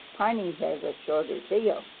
piney has a shorter tail,